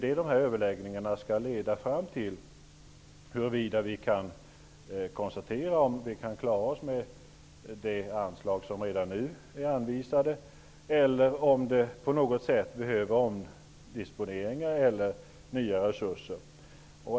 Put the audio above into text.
Men överläggningarna skall ju leda fram till huruvida vi kan konstatera om vi kan klara oss med redan nu anvisade anslag eller om det på något sätt behövs omdisponeringar eller nya resurser.